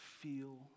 feel